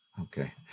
Okay